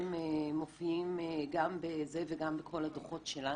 מופיעות גם בכל הדוחות שלנו.